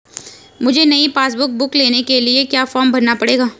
मुझे नयी passbook book लेने के लिए क्या फार्म भरना पड़ेगा?